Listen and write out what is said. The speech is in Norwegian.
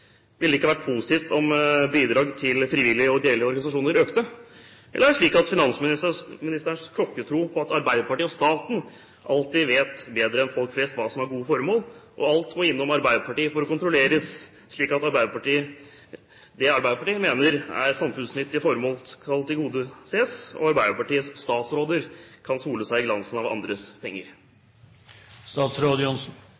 Ville det ikke vært positivt om bidrag til frivillige og ideelle organisasjoner økte? Eller er det slik at finansministerens klokkertro på at Arbeiderpartiet og staten alltid vet bedre enn folk flest hva som er gode formål, gjør at alt må innom Arbeiderpartiet for å kontrolleres, slik at det Arbeiderpartiet mener er samfunnsnyttige formål, skal tilgodeses og Arbeiderpartiets statsråder skal kunne sole seg i glansen av andres penger?